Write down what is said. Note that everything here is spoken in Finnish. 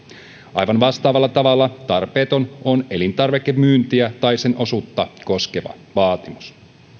aivan vastaavalla tavalla tarpeeton on elintarvikemyyntiä tai sen osuutta koskeva vaatimus